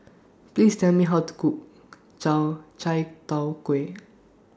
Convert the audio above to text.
Please Tell Me How to Cook Chai Tow Kway